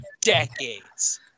decades